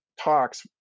talks